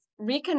reconnect